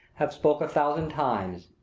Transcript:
have spoke a thousand times